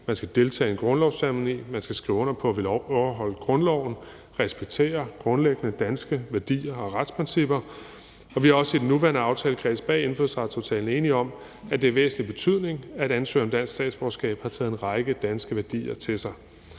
Man skal deltage i en grundlovsceremoni, man skal skrive under på at ville overholde grundloven og respektere grundlæggende danske værdier og retsprincipper. Og vi er også i den nuværende aftalekreds bag indfødsretsaftalen enige om, at det er af væsentlig betydning, at ansøgere om dansk statsborgerskab har taget en række danske værdier til sig.